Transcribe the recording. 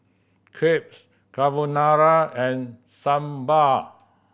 Crepes Carbonara and Sambar